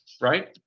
right